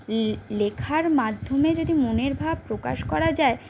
লেখার মাধ্যমে যদি মনের ভাব প্রকাশ করা যায়